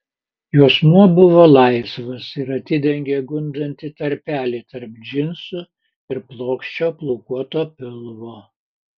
juosmuo buvo laisvas ir atidengė gundantį tarpelį tarp džinsų ir plokščio plaukuoto pilvo